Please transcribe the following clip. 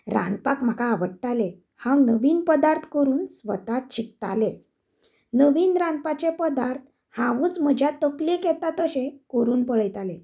रांदपाक म्हाका आवडटालें हांव नवीन पदार्थ करून स्वतात शिकतालें नवीन रांदपाचें पदार्थ हांवूच म्हज्या तकलेंत येता तशें करून पळयतालें